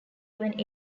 even